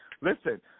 Listen